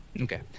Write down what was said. Okay